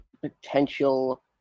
potential